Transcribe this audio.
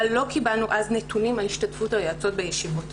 אבל לא קיבלנו אז נתונים על השתתפות היועצות בישיבות.